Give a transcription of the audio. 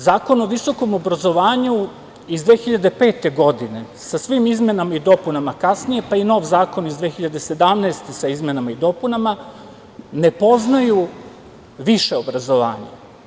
Zakon o visokom obrazovanju iz 2005. godine sa svim izmenama i dopunama, kasnije pa i nov zakon iz 2017. godine sa izmenama i dopunama, ne poznaju više obrazovanje.